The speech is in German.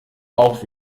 auch